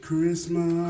Christmas